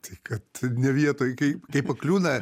tai kad ne vietoj kai kai pakliūna